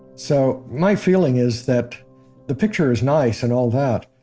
so, my feeling is that the picture is nice and all that,